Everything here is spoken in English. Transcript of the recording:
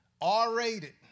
R-rated